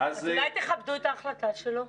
אז אולי תכבדו את ההחלטה שלו?